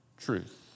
truth